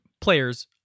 players